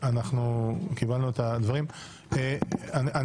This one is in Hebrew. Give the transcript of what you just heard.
קיבלנו את הדברים, תודה.